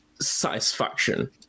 satisfaction